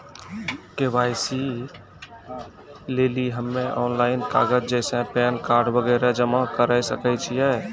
KYC लेली हम्मय online कागज जैसे पैन कार्ड वगैरह जमा करें सके छियै?